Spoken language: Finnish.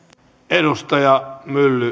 arvoisa